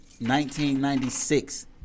1996